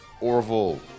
Orville